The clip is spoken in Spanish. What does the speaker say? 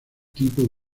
tipo